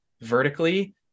vertically